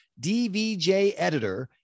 dvjeditor